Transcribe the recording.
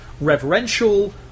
reverential